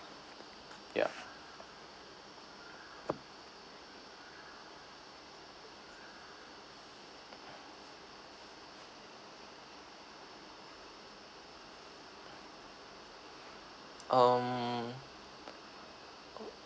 yeah um